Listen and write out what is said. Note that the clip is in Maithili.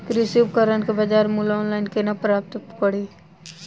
कृषि उपकरण केँ बजार मूल्य ऑनलाइन केना प्राप्त कड़ी?